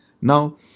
Now